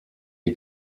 ihr